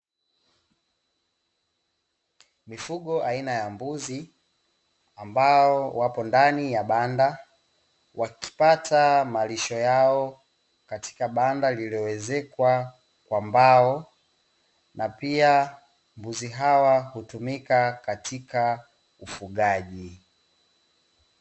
Mifugo aina ya mbuzi ambao wapo ndani ya banda wakipata malisho yao katika banda lililoezekwa kwa mbao, na pia mbuzi hawa hutumika katika ufugaji.